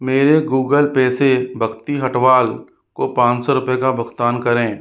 मेरे Google Pay से भक्ति हटवाल को पाँच सौ रुपये का भुगतान करें